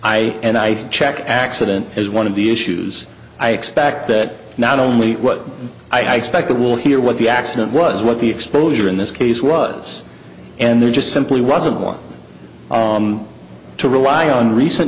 i and i check accident as one of the issues i expect that not only what i expected will hear what the accident was what the exposure in this case was and there just simply wasn't one to rely on recent